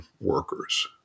workers